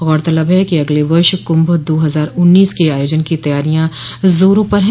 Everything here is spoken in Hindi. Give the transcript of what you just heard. गौरतलब है कि अगले वर्ष कुंभ दो हजार उन्नीस के आयोजन की तैयारियां जोरों पर है